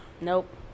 nope